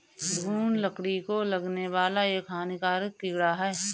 घून लकड़ी को लगने वाला एक हानिकारक कीड़ा है